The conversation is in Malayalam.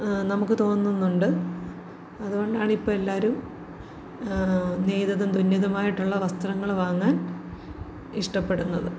നമുക്ക് തോന്നുന്നുണ്ട് അതുകൊണ്ടാണ് ഇപ്പം എല്ലാവരും നെയ്തതും തുന്നിയതുമായിട്ടുള്ള വസ്ത്രങ്ങൾ വാങ്ങാൻ ഇഷ്ടപ്പെടുന്നത്